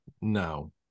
No